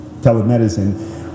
telemedicine